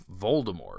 Voldemort